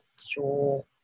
sure